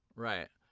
right?